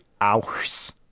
hours